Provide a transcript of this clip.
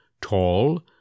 tall